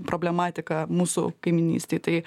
problematiką mūsų kaimynystėj tai